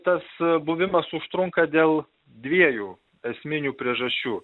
tas buvimas užtrunka dėl dviejų esminių priežasčių